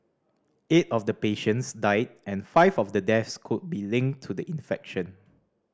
eight of the patients died and five of the deaths could be linked to the infection